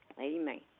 Amen